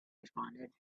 responded